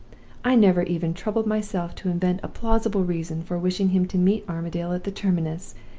i never even troubled myself to invent a plausible reason for wishing him to meet armadale at the terminus,